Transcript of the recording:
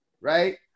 Right